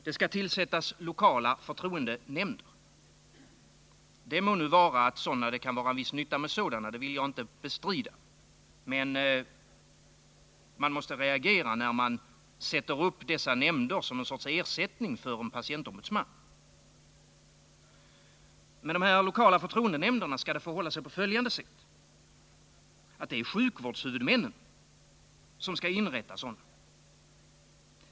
Det skall tillsättas lokala förtroendenämnder. Det kan vara en viss nytta med sådana — det vill jag inte bestrida. Men man måste reagera när utskottet sätter upp dessa nämnder som någon sorts ersättning för en patientombudsman. Med de lokala förtroendenämnderna skall det förhålla sig på följande sätt. Sjukvårdshuvudmännen skall inrätta sådana.